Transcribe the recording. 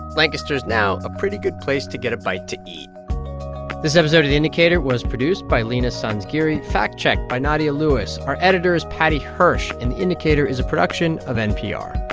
lancaster's now a pretty good place to get a bite to eat this episode of the indicator was produced by leena sanzgiri, fact-checked by nadia lewis. our editor is paddy hirsch, and the indicator is a production of npr